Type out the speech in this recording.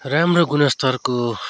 राम्रो गुणस्तरको